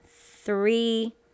three